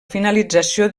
finalització